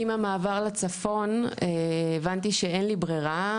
עם המעבר לצפון הבנתי שאין לי ברירה.